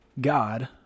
God